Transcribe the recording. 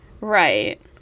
Right